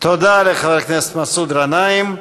תודה לחבר הכנסת מסעוד גנאים.